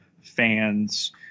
fans